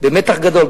במתח גדול.